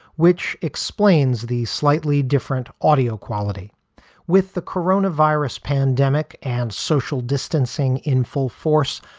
which explains the slightly different audio quality with the corona virus pandemic and social distancing in full force.